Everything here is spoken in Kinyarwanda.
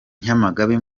nyamagabe